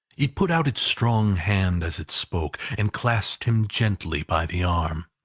it put out its strong hand as it spoke, and clasped him gently by the arm.